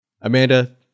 Amanda